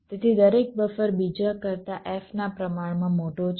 તેથી દરેક બફર બીજા કરતા f ના પ્રમાણમાં મોટો છે